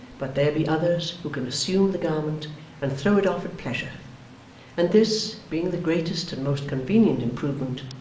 but there be others who can assume the garment and throw it off at pleasure and this, being the greatest and most convenient improvement,